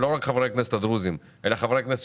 לא רק חברי הכנסת הדרוזים אלא חברי הכנסת